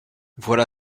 voilà